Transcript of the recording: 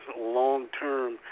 long-term